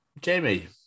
Jamie